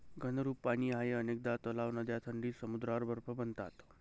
घनरूप पाणी आहे अनेकदा तलाव, नद्या थंडीत समुद्रावर बर्फ बनतात